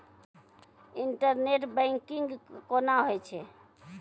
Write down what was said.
Internet banking कोना होय छै?